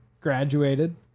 Graduated